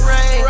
Rain